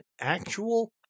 actual